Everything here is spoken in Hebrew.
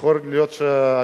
יכול להיות שעמיתי